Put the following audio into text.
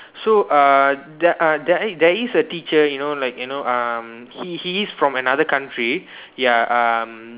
so uh there uh there is a teacher you know like you know um he he is from another country ya um